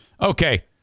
Okay